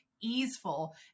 easeful